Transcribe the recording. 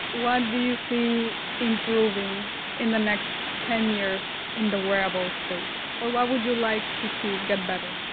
what do you see improving in the next ten years in the wearable space, or what would you like to see get better?